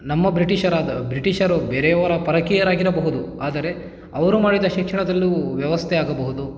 ನಮ್ಮ ಬ್ರಿಟಿಷರಾದ ಬ್ರಿಟಿಷರು ಬೇರೆಯವರ ಪರಕೀಯರಾಗಿರಬಹುದು ಆದರೆ ಅವರು ಮಾಡಿದ ಶಿಕ್ಷಣದಲ್ಲೂ ವ್ಯವಸ್ಥೆಯಾಗಬಹುದು